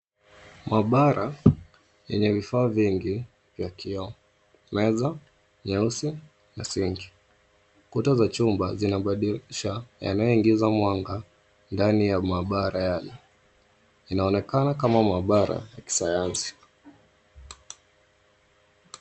Maabara yenye vifaa vingi vya kioo, meza nyeusi na sinki. Kuta za chumba zina madirisha yanayoingiza mwanga ndani ya maabara yale. Inaonekana kuwa maabara ya kisayansi.